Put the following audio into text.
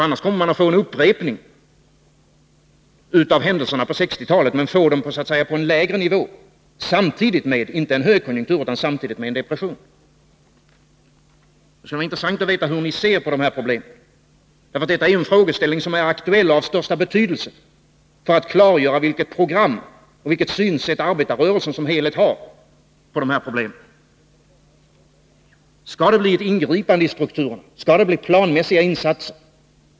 Annars kommer man att få en upprepning av händelserna på 1960-talet men få dem så att säga på en lägre nivå och samtidigt med inte en högkonjunktur utan en depression. Det skulle vara intressant att veta hur ni ser på dessa problem. Detta är frågor som är aktuella och har stor betydelse för att klargöra vilket program och synsätt som arbetarrörelsen som helhet har på detta problem. Skall det bli ett ingripande i strukturen? Skall det bli planmässiga insatser?